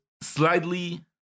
slightly